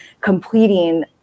completing